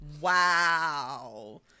Wow